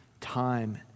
time